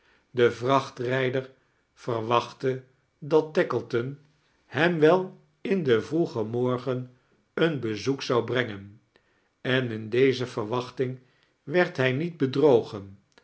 de vrachtrijder verwachtte dat tackleton hem wel in den vroegen morgen eein bezoek zou brengen en in deze vetwachting werd hij niet bedrogen